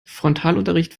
frontalunterricht